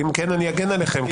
אם כן, אני אגן עליכם.